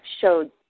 showed